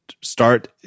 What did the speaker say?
Start